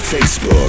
Facebook